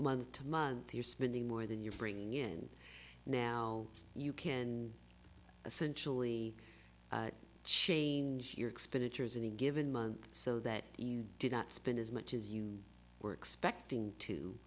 month to month you're spending more than you're bringing in now you can essentially change your expenditures in a given month so that you did not spend as much as you were expecting to